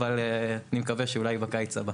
אבל אני מקווה שאולי בקיץ הבא.